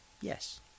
Yes